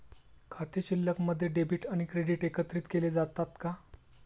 खाते शिल्लकमध्ये डेबिट आणि क्रेडिट एकत्रित केले जातात का?